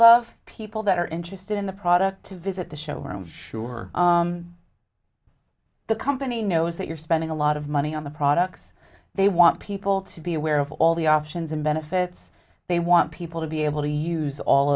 love people that are interested in the product to visit the show or i'm sure the company knows that you're spending a lot of money on the products they want people to be aware of all the options and benefits they want people to be able to use all